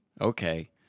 okay